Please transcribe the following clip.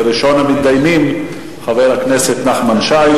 וראשון המתדיינים הוא חבר הכנסת נחמן שי.